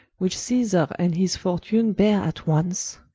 which caesar and his fortune bare at once